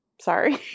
sorry